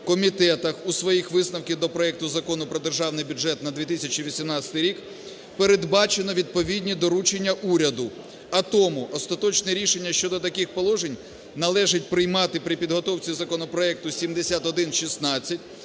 у своїх висновках до проекту Закону про державний бюджет на 2018 рік передбачено відповідні доручення уряду. А тому остаточне рішення щодо таких положень належить приймати при підготовці законопроекту 7116